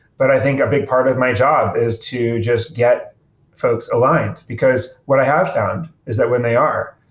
but i think a big part of my job is to just get folks aligned. because what i have found is that when they are,